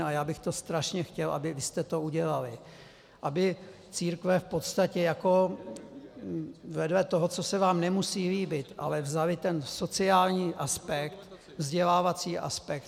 A já bych to strašně chtěl, abyste to udělali, aby církve v podstatě vedle toho, co se vám nemusí líbit, ale vzaly ten sociální aspekt, vzdělávací aspekt.